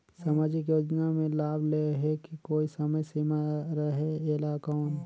समाजिक योजना मे लाभ लहे के कोई समय सीमा रहे एला कौन?